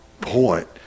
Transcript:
point